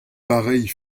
pareille